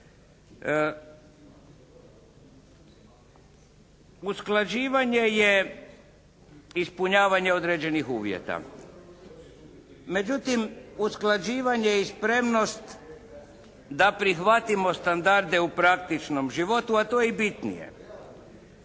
Usklađivanje je ispunjavanje određenih uvjeta. Međutim usklađivanje i spremnost da prihvatimo standarde u praktičnom životu, a to je i bitnije.